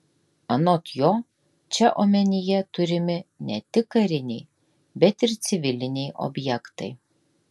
anot jo čia omenyje turimi ne tik kariniai bet ir civiliniai objektai